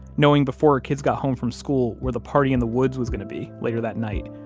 knowing before her kids got home from school where the party in the woods was going to be later that night.